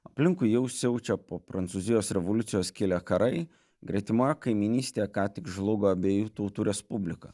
aplinkui jau siaučia po prancūzijos revoliucijos kilę karai gretimoje kaimynystėje ką tik žlugo abiejų tautų respublika